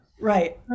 Right